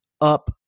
up